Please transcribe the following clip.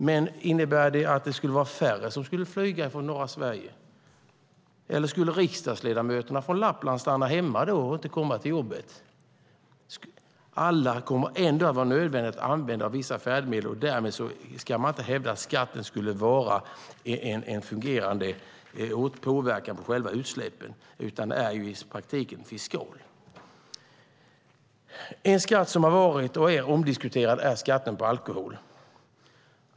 Men innebär det att det skulle vara färre som skulle flyga från norra Sverige? Eller skulle riksdagsledamöterna från Lappland stanna hemma och inte komma till jobbet? Det kommer ändå att vara nödvändigt för alla att använda vissa färdmedel. Därmed kan man inte hävda att skatten skulle ha en fungerande påverkan på själva utsläppen, utan den är i praktiken fiskal. En skatt som har varit och är omdiskuterad är skatten på alkohol.